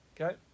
okay